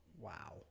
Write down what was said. Wow